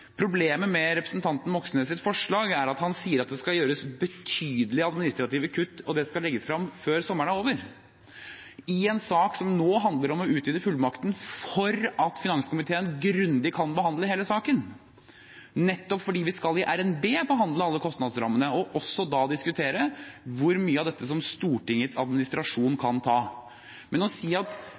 Problemet med representanten Moxnes’ forslag er at han sier at det skal gjøres betydelige administrative kutt, og det skal legges fram før sommeren er over, i en sak som nå handler om å utvide fullmakten for at finanskomiteen grundig kan behandle hele saken, nettopp fordi vi i RNB skal behandle alle kostnadsrammene og også da diskutere hvor mye av dette som Stortingets administrasjon kan ta. Når man sier at